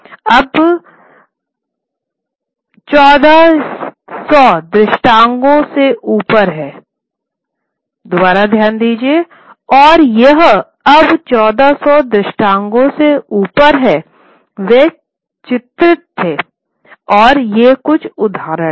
और यह अब चौदह सौ दृष्टांतों से ऊपर है वे चित्रित थे और ये कुछ उदाहरण हैं